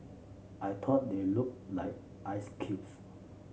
I thought they looked like ice cubes